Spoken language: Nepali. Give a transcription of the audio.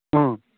अँ